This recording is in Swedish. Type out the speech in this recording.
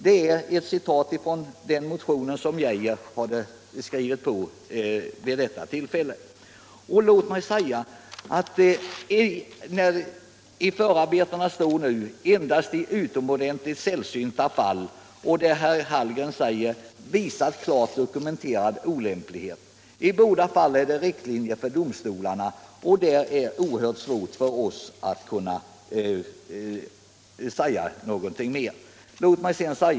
Det är ett citat från propositionen. I förarbetena talas det om ”endast i sällsynta fall”. F båda dessa uttalanden är det fråga om riktlinjer för domstolarna. Det är oerhört svårt för oss att kunna säga någonting mer.